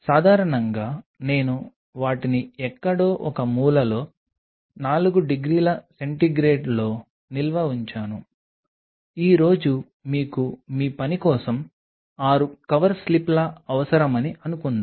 సాధారణంగా నేను వాటిని ఎక్కడో ఒక మూలలో 4 డిగ్రీల సెంటీగ్రేడ్లో నిల్వ ఉంచాను ఈ రోజు మీకు మీ పని కోసం 6 కవర్ స్లిప్లు అవసరమని అనుకుందాం